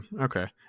Okay